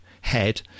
head